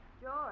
George